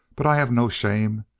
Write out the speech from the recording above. but i have no shame.